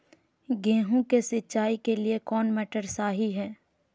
गेंहू के सिंचाई के लिए कौन मोटर शाही हाय?